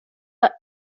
are